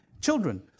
children